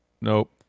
Nope